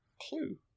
Clue